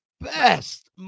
best